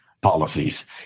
policies